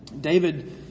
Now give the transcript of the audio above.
David